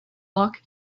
luck